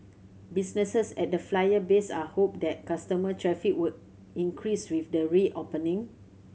businesses at the Flyer's base are hopeful that customer traffic will increase with the reopening